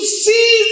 see